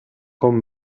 con